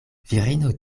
virino